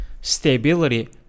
stability